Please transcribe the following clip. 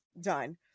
done